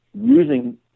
using